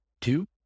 Two